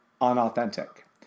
unauthentic